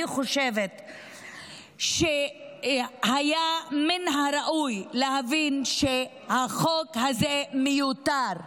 אני חושבת שהיה מן הראוי להבין שהחוק הזה מיותר,